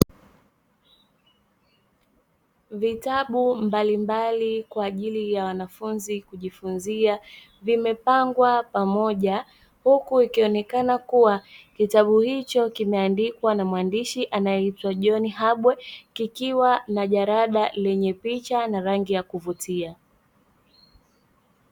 Vitabu mbalimbali kwa ajili ya wanafunzi kujifunzia vimepangwa pamoja, huku ikionekana kuwa kitabu hicho kimeandikwa na mwandishi anaitwa "John Habwe" kikiwa na jalada lenye picha na rangi ya kuvutia.